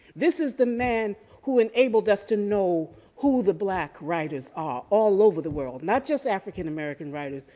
this is the man who enabled us to know who the black writers are all over the world, not just african american writers,